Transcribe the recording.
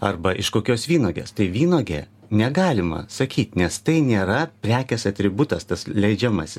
arba iš kokios vynuogės tai vynuogė negalima sakyt nes tai nėra prekės atributas tas leidžiamasis